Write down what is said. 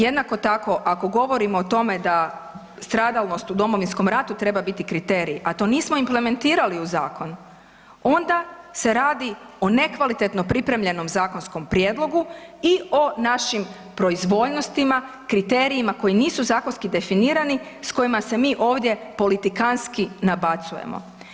Jednako tako ako govorimo o tome da stradalnost u Domovinskom ratu treba biti kriterij, a to nismo implementirali u zakon onda se radi o nekvalitetno pripremljenom zakonskom prijedlogu i o našim proizvoljnostima, kriterijima koji nisu zakonski definirani, s kojima se mi ovdje politikanski nabacujemo.